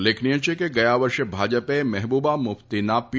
ઉલ્લેખનીય છે કે ગયા વર્ષે ભાજપે મહેબુબા મુફતીના પી